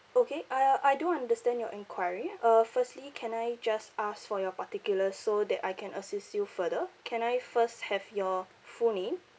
okay uh I do understand your enquiry uh firstly can I just ask for your particulars so that I can assist you further can I first have your full name